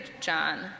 John